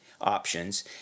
options